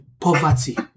poverty